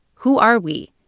who are we,